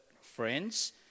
friends